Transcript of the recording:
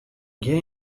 gjin